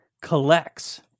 collects